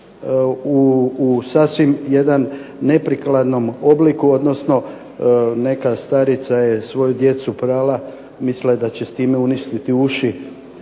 u sasvim jedan neprikladnom obliku, odnosno neka starica je svoju djecu prala, mislila je da će s time uništiti uši